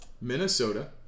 Minnesota